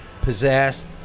Possessed